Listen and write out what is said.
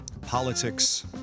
politics